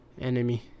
enemy